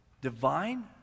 Divine